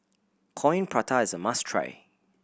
Coin Prata is a must try